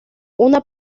una